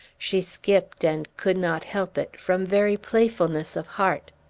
she skipt, and could not help it, from very playfulness of heart.